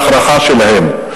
בבתי-ההארחה שלהם.